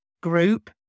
group